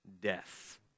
death